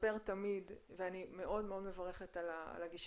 אנחנו עושים פעילויות כדי לגרום לאתרי